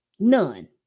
None